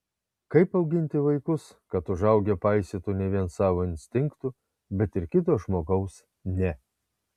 kaip auginti vaikus kad užaugę paisytų ne vien savo instinktų bet ir kito žmogaus ne